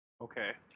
Okay